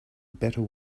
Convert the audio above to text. better